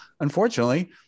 unfortunately